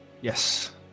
Yes